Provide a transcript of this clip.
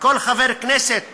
וכל חבר כנסת